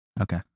Okay